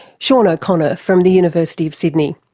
sean o'connor from the university of sydney.